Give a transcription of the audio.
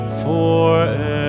forever